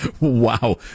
Wow